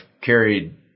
carried